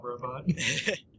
robot